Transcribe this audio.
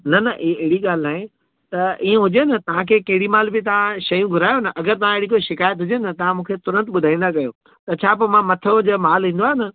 न न ए अहिड़ी ॻाल्हि न आहे त ईअं हुजे न तव्हांखे केॾीमल बी तव्हां शयूं घुरायो न अगरि तव्हां अहिड़ी कोई शिकायत हुजे न तव्हां मूंखे तुरंत ॿुधाईंदा कयो त छा पोइ मां मथो जे माल ईंदो आहे न